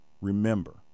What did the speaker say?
Remember